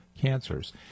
cancers